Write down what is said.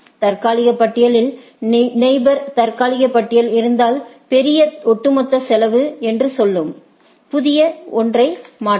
தற்காலிக பட்டியலில் நெயிபோர் தற்காலிக பட்டியல் இருந்தாள் பெரிய ஒட்டுமொத்த செலவு என்று பொருள் புதிய ஒன்றை மாற்றவும்